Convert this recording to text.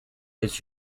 its